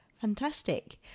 fantastic